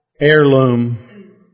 Heirloom